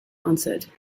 answered